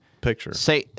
Picture